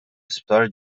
isptar